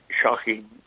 shocking